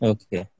Okay